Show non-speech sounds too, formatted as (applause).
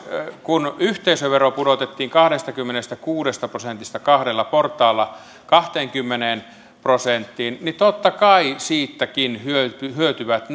kun yhteisövero pudotettiin kahdestakymmenestäkuudesta prosentista kahdella portaalla kahteenkymmeneen prosenttiin niin totta kai siitäkin hyötyvät (unintelligible)